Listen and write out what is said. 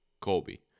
Colby